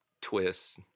twists